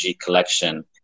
collection